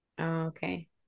Okay